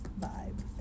vibe